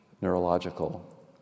neurological